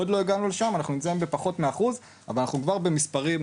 אנחנו עוד לא הגענו לשם ואנחנו נמצאים בפחות מאוחז אחד,